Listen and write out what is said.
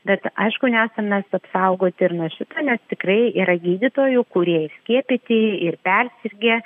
bet aišku nesam mes apsaugoti ir nuo šito nes tikrai yra gydytojų kurie ir skiepyti ir persirgę